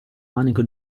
manico